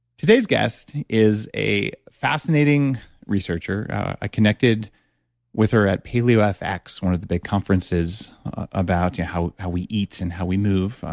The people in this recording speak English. today's guest is a fascinating researcher. i connected with her at paleofx, one of the big conferences about yeah how how we eat and how we move.